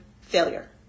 failure